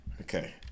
Okay